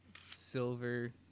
silver